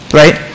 right